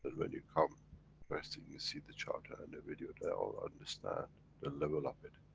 when you come first and you see the charter and the video, they'll all understand the level of it.